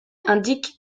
indique